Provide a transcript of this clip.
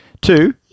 Two